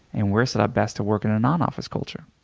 and we're set up best to work in a non office culture.